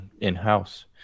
in-house